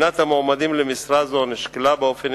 בחינת המועמדים למשרה זו נשקלה באופן